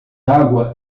água